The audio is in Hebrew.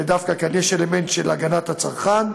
ודווקא כאן יש אלמנט של הגנת הצרכן.